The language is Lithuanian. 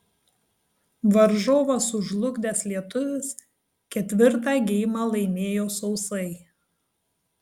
varžovą sužlugdęs lietuvis ketvirtą geimą laimėjo sausai